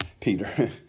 Peter